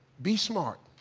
be smart.